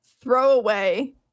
throwaway